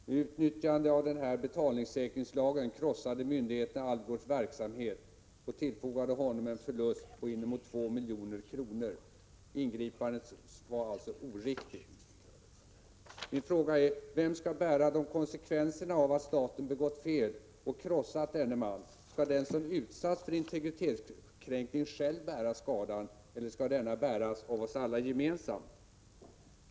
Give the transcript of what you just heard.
Med utnyttjande av betalningssäkringslagen krossade myndigheterna hans verksamhet och tillfogade honom en förlust på inemot 2 milj.kr. Ingripandet var alltså oriktigt. Min fråga är: Vem skall bära konsekvenserna av att staten begått fel och krossat denne man? Skall den som utsatts för integritetskränkning själv bära skadan, eller skall den bäras av oss alla gemensamt?